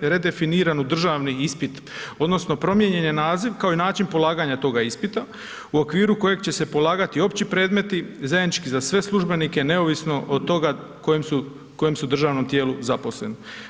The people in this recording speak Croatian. redefiniran u državni ispit odnosno promijenjen je naziv kao i način polaganja toga ispita u okviru kojeg će se polagati opći predmeti zajednički za sve službenike neovisno od toga u kojem su državnom tijelu zaposleni.